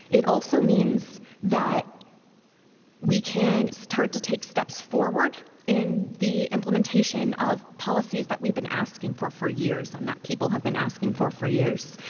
it also means that we can start to take steps forward in the implementation of policies that we've been asking for for years and that people have been asking for for years.